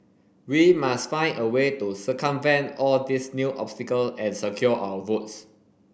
we must find a way to circumvent all these new obstacle and secure our votes